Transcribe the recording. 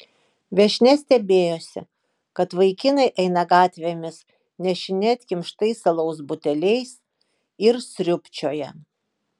viešnia stebėjosi kad vaikinai eina gatvėmis nešini atkimštais alaus buteliais ir sriūbčioja